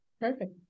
Perfect